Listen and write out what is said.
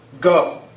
go